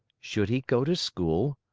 should he go to school,